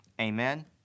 Amen